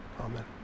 Amen